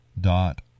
dot